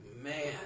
man